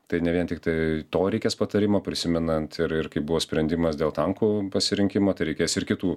tai ne vien tiktai to reikės patarimo prisimenant ir ir kaip buvo sprendimas dėl tankų pasirinkimo tai reikės ir kitų